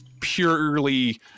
purely